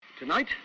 Tonight